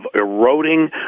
eroding